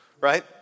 right